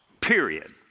period